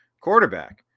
quarterback